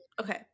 Okay